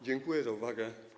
Dziękuję za uwagę.